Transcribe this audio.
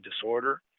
disorder